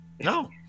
No